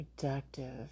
productive